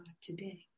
today